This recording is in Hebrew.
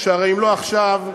שהרי אם לא עכשיו,